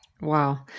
Wow